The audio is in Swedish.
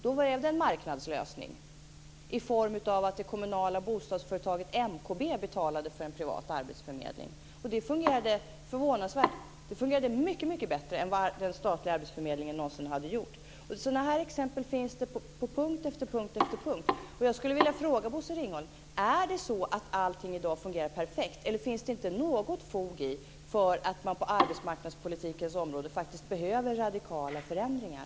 Det blev då en marknadslösning i form av att det kommunala bostadsföretaget MKB betalade för en privat arbetsförmedling. Det fungerade mycket bättre än den statliga arbetsförmedlingen någonsin hade gjort. Sådana exempel finns det på punkt efter punkt efter punkt. Jag skulle vilja fråga Bosse Ringholm: Är det så att allting i dag fungerar perfekt? Finns det inte något fog för att det på arbetsmarknadspolitikens område faktiskt behövs radikala förändringar?